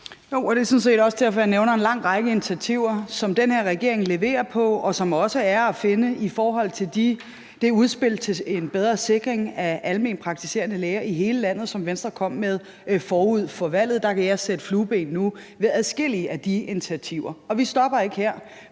set også derfor, jeg nævner en lang række initiativer, som den her regering leverer på, og som også er at finde i forhold til det udspil til en bedre sikring af alment praktiserende læger i hele landet, som Venstre kom med forud for valget. Der kan jeg nu sætte flueben ved adskillige af de initiativer. Og vi stopper ikke her.